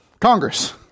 Congress